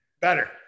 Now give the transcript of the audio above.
better